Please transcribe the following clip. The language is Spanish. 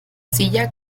silla